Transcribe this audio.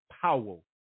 Powell